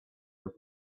with